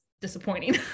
disappointing